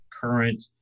current